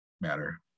matter